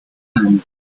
hand